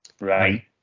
right